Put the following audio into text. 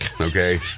okay